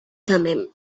thummim